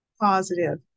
positive